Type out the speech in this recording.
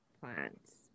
plants